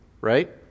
right